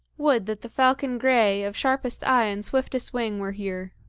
would that the falcon grey, of sharpest eye and swiftest wing were here!